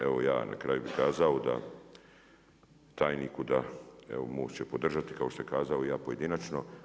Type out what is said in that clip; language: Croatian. Evo ja na kraju bi kazao, tajniku, da evo Most će podržati, kao što je kazao i ja pojedinačno.